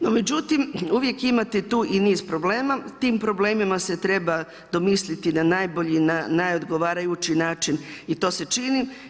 No, međutim, uvijek imate tu i niz problema, tim problemima se treba domisliti na najbolji, neodgovarajući način i to se čini.